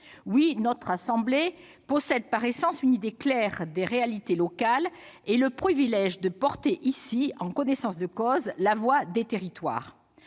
Oui, notre assemblée possède par essence une idée claire des réalités locales et a le privilège de porter ici, en connaissance de cause, la voix des territoires